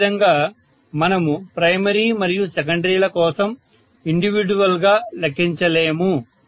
అదేవిధంగా మనము ప్రైమరీ మరియు సెకండరీల కోసం ఇండివిడ్యువల్ గా లెక్కించలేము